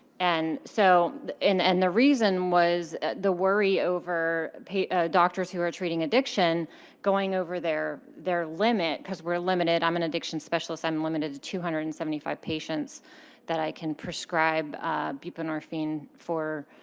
and so and the reason was the worry over doctors who are treating addiction going over their their limit because we're limited. i'm an addiction specialist. i'm limited to two hundred and seventy five patients that i can prescribe buprenorphine for